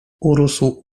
urósł